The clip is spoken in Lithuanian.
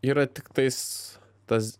yra tiktais tas